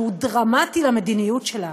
שהוא דרמטי למדיניות שלה.